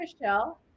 Michelle